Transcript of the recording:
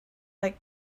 like